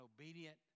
obedient